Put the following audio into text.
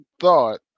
thought